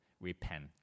repent